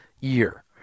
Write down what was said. year